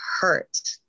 hurt